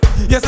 Yes